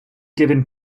given